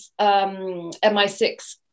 MI6